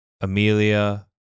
Amelia